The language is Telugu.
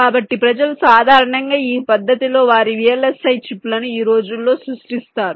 కాబట్టి ప్రజలు సాధారణంగా ఈ పద్ధతిలో వారి VLSI చిప్లను ఈ రోజుల్లో సృష్టిస్తారు